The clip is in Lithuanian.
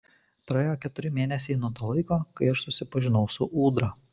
praėjo keturi mėnesiai nuo to laiko kai aš susipažinau su ūdra